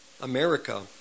America